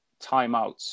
timeouts